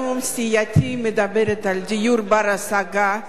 היום סיעתי מדברת על דיור בר-השגה,